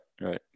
right